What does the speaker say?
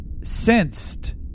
sensed